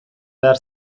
behar